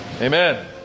Amen